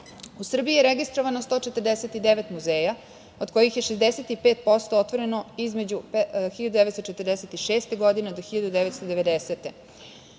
Srbiji je registrovano 149 muzeja, od kojih je 65% otvoreno između 1946. godine do 1990. Možda